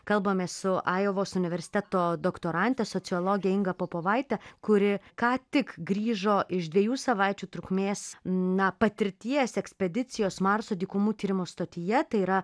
kalbame su ajovos universiteto doktorante sociologė inga popovaitė kuri ką tik grįžo iš dviejų savaičių trukmės na patirties ekspedicijos marso dykumų tyrimų stotyje tai yra